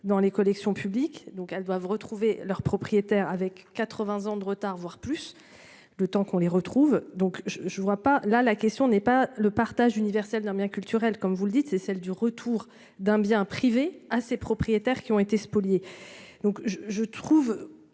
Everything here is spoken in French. dans les collections publiques donc elles doivent retrouver leur propriétaire avec 80 ans de retard, voire plus. Le temps qu'on les retrouve donc je, je ne vois pas là la question n'est pas le partage universel dans biens culturels comme vous le dites, c'est celle du retour d'un bien privé à ses propriétaires, qui ont été spoliés. Donc je je trouve.